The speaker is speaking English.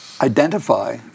identify